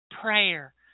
prayer